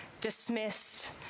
dismissed